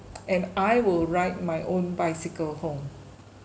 and I will ride my own bicycle home